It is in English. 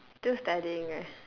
still studying right